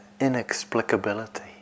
inexplicability